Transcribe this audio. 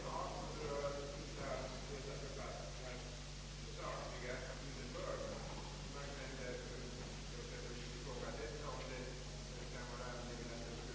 Jag måste säga att jag givetvis inte har någon möjlighet att kontrollera det be lopp som här angivits annat än i efterhand, ty jag har inte det material som erfordras härför.